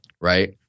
right